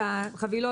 החבילות,